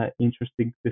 interesting